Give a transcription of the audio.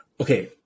Okay